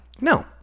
No